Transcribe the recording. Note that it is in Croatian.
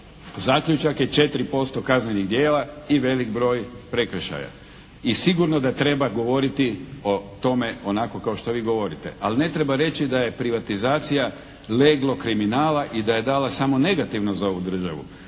Zaključak je 4% kaznenih djela i velik broj prekršaja. I sigurno da treba govoriti o tome onako kao što vi govorite. Ali ne treba reći da je privatizacija leglo kriminala i da je dala samo negativno za ovu državu.